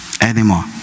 anymore